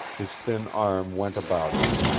his thin arm went about her,